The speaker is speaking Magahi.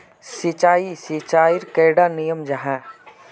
सिंचाई सिंचाईर कैडा नियम जाहा?